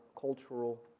cultural